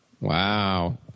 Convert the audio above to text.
Wow